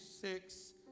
six